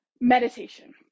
meditation